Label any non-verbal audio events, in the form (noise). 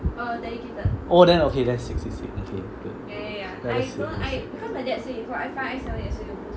oh then okay then sick sick sick (noise)